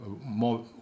more